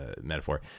metaphor